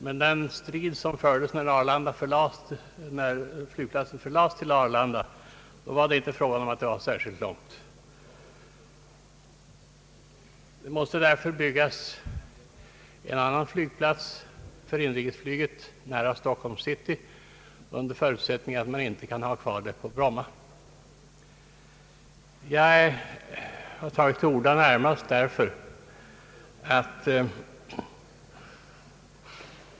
Men i den debatt som fördes när flygplatsen förlades till Arlanda talades det inte om att det var särskilt långt. Det måste därför byggas en annan flygplats för inrikesflyget närmare Stockholms city under förutsättning att man inte kan ha kvar den på Bromma.